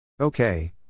Okay